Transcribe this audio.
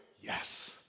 Yes